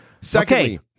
Secondly